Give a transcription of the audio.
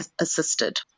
assisted